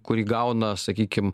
kurį gauna sakykim